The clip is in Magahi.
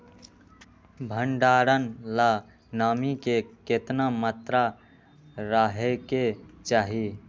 भंडारण ला नामी के केतना मात्रा राहेके चाही?